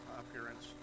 appearance